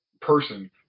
person